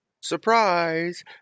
Surprise